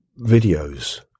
videos